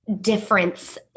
difference